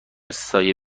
سایه